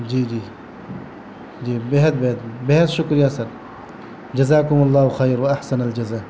جی جی جی بے حد بے حد بے حد شکریہ سر جزا کم اللہ خیر و احسن الجزاء